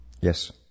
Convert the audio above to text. Yes